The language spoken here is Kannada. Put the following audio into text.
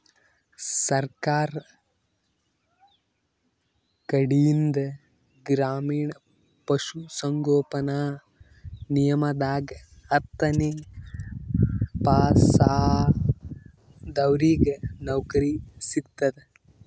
ಸರ್ಕಾರ್ ಕಡೀನ್ದ್ ಗ್ರಾಮೀಣ್ ಪಶುಸಂಗೋಪನಾ ನಿಗಮದಾಗ್ ಹತ್ತನೇ ಪಾಸಾದವ್ರಿಗ್ ನೌಕರಿ ಸಿಗ್ತದ್